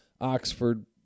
Oxford